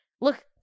Look